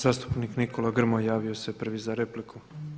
Zastupnik Nikola Grmoja javio se prvi za repliku.